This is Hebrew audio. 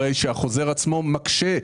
הרי שהחוזר עצמו מקשה,